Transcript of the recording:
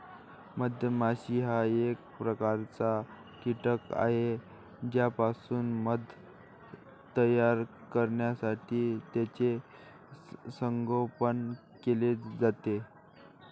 मधमाशी हा एक प्रकारचा कीटक आहे ज्यापासून मध तयार करण्यासाठी त्याचे संगोपन केले जाते